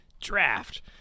draft